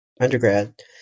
undergrad